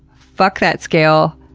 fuck that scale.